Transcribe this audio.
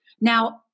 Now